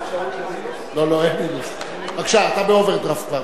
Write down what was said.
לא, אתה באוברדרפט כבר.